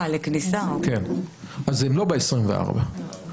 אז הם לא ב-24,000.